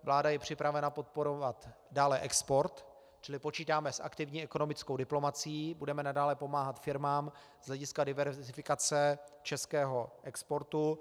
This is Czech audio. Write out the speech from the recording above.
Vláda je připravena podporovat dále export, čili počítáme s aktivní ekonomickou diplomacií, budeme nadále pomáhat firmám z hlediska diverzifikace českého exportu.